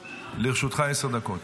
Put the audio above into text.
לרשותך, עשר דקות.